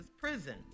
prison